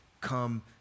come